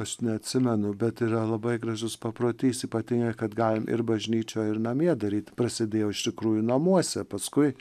aš neatsimenu bet yra labai gražus paprotys ypatingai kad galim ir bažnyčioj ir namie daryt prasidėjo iš tikrųjų namuose paskui